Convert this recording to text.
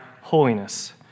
holiness